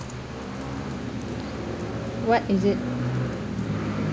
what is it